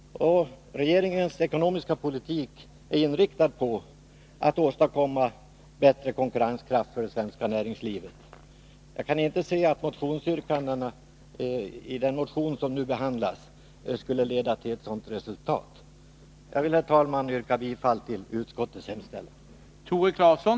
Regeringens ekonomiska politik är inriktad på att åstadkomma bättre konkurrenskraft för det svenska näringslivet. Jag kan inte se att motionsyrkandena i den motion som nu behandlas skulle leda till ett sådant resultat. Jag vill, herr talman, yrka bifall till utskottets hemställan.